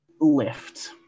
lift